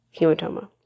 hematoma